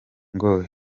ngo